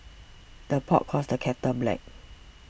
the pot calls the kettle black